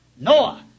Noah